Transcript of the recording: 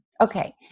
Okay